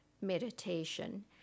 meditation